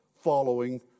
following